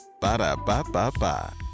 Ba-da-ba-ba-ba